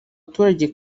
baturage